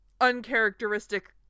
uncharacteristic